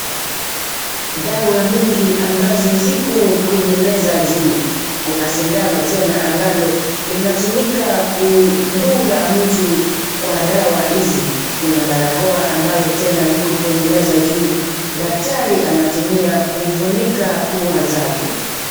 Dawa mingi ambazo ziko kwenye meza juu . Kuna sindano tena ambalo linatumika kudunga mtu kwa dawa hizi . Kuna barakoa ambalo tena liko kwenye meza juu daktari anatumia kufunika pua zake .